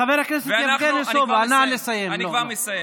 חבר הכנסת יבגני סובה, נא לסיים.